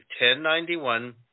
1091